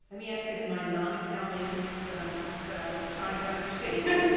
and me ask it in my non-accounting but i'm but i'm trying to understand,